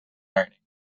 learning